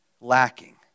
lacking